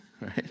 Right